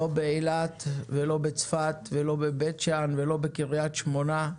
לא באילת, לא בצפת, לא בבית שאן ולא בקריית שמונה.